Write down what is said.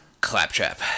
Claptrap